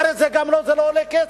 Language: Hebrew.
הרי זה גם לא עולה כסף.